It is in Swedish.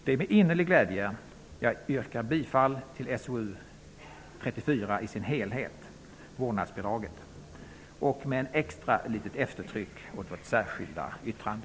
Det är med innerlig glädje som jag yrkar bifall till utskottets hemställan i dess helhet och med extra eftertryck till vårt särskilda yttrande.